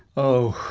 oh,